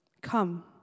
Come